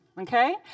Okay